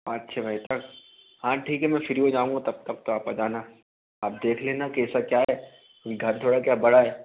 पाँच छः बजे तक हाँ ठीक है मैं फ़्री हो जाऊँगा तब तब तो आप आ जाना आप देख लेना कैसा क्या है घर थोड़ा क्या बड़ा है